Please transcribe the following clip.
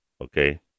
Okay